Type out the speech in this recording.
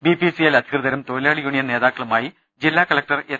BPCL അധികൃതരും തൊഴിലാളി union നേതാക്കളുമായി ജില്ലാ കലക്ടർ എസ്